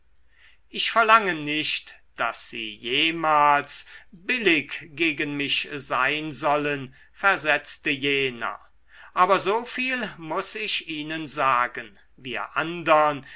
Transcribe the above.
ich verlange nicht daß sie jemals billig gegen mich sein sollen versetzte jener aber soviel muß ich ihnen sagen wir andern